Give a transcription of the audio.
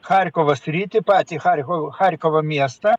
charkovo sritį patį charkovo charkovo miestą